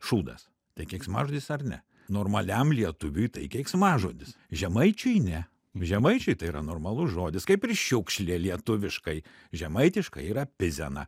šūdas tai keiksmažodis ar ne normaliam lietuviui tai keiksmažodis žemaičiui ne žemaičiui tai yra normalus žodis kaip ir šiukšlė lietuviškai žemaitiškai yra pizena